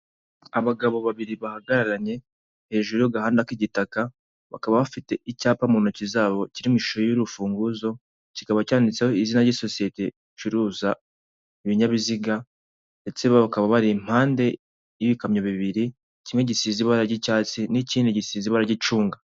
Abagabo babiri bahagararanye hejuru y'agahanda k'igitaka, bakaba bafite icyapa mu ntoki zabo kiri mu ishusho y'urufunguzo, kikaba cyanditseho izina ry'isosiyete icuruza ibinyabiziga ndetse bakaba bari impande y'ibikamyo bibiri, kimwe gisize ibara ry'icyatsi n'ikindi gisize iba baragi ry'icunga.